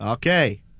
Okay